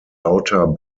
outer